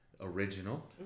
original